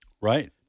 Right